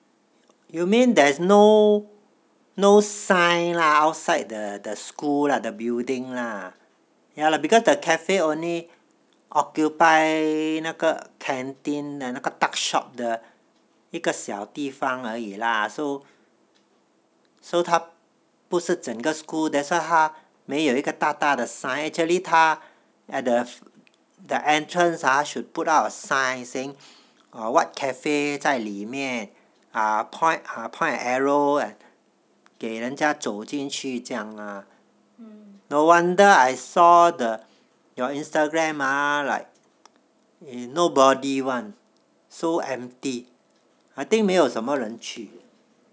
you mean there's no no sign lah out outside the the school lah the building lah ya lah because the cafe only occupy 那个 canteen 的那个 tuck shop 的一个小地方而已 lah so 它不是整个 school that's why 它没有一个大大的 sign actually 它 at the the entrance ah should put up a sign saying what cafe 在里面 point an arrow 给人家走进去这样 no wonder I saw the your instagram ah like nobody [one] so empty I think 没有什么人去